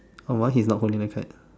oh my one he is not holding the kite